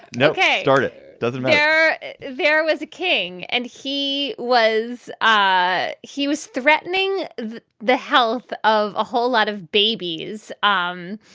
and ok. it doesn't matter there was a king and he was ah he was threatening the the health of a whole lot of babies. um